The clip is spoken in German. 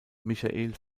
michael